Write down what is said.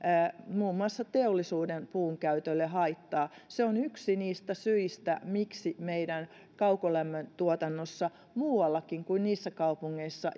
muun muassa teollisuuden puunkäytölle haittaa se on yksi niistä syistä miksi meidän kaukolämmön tuotannossa muuallakin kuin niissä kaupungeissa